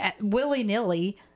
willy-nilly